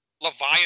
Leviathan